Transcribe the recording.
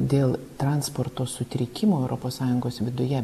dėl transporto sutrikimų europos sąjungos viduje